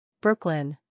Brooklyn